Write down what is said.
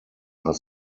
are